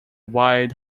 wide